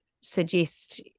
suggest